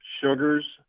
sugars